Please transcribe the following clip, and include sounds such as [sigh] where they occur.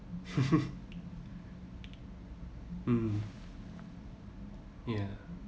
[laughs] mm ya